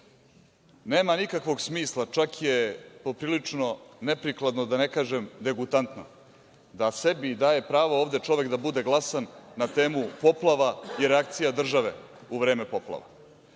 on. Nema nikakvog smisla, čak je poprilično neprikladno, da ne kažem degutantno, da sebi daje pravo ovde čovek da bude glasan na temu poplavu i reakcija države u vreme poplave.